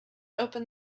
open